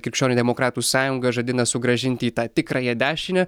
krikščionių demokratų sąjunga žadina sugrąžinti į tą tikrąją dešinę